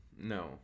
No